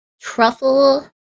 Truffle